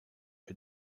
for